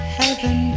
heaven